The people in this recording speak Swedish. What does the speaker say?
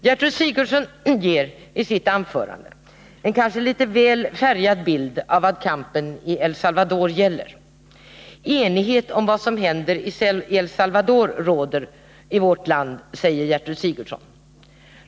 Gertrud Sigurdsen gav i sitt anförande en kanske litet väl färgad bild av vad kampen i El Salvador gäller. Enighet om vad som händer El Salvador råder, sade hon.